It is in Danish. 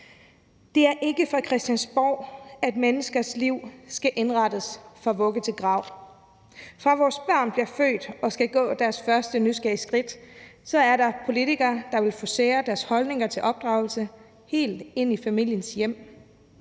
Det er ikke fra Christiansborg, at menneskers liv skal indrettes fra vugge til grav. Fra vores børn bliver født og skal gå deres første nysgerrige skridt, er der politikere, der vil forcere deres holdninger til opdragelse helt ind i familiens hjem.